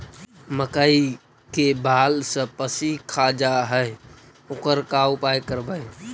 मकइ के बाल सब पशी खा जा है ओकर का उपाय करबै?